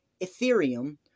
Ethereum